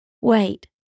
wait